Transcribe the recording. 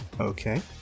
Okay